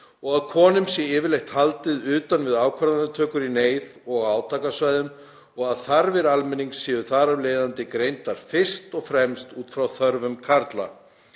og að konum sé yfirleitt haldið utan við ákvarðanatökur í neyð og á átakasvæðum og að þarfir almennings séu þar af leiðandi greindar fyrst og fremst út frá þörfum karla.